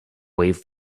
wave